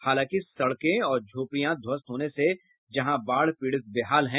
हालांकि सड़के और झोपड़ियां ध्वस्त होने से जहां बाढ़ पीड़ित बेहाल है